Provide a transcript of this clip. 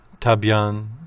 Tabian